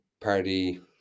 party